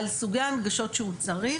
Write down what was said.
על סוגי ההגשות שהוא צריך,